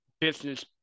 business